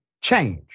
change